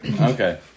okay